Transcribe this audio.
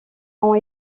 ont